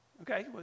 Okay